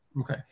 Okay